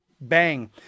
Bang